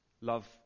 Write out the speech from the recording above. love